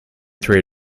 three